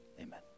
Amen